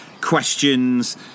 questions